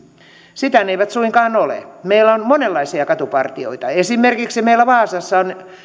sitä ne eivät suinkaan ole meillä on monenlaisia katupartioita esimerkiksi meillä vaasassa on